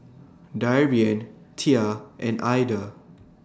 Darien Tia and Aida